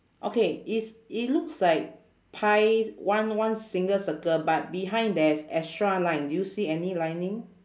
okay is it looks like pie one one single circle but behind there's extra line do you see any lining